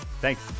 Thanks